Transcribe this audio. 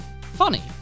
funny